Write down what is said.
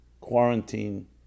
quarantine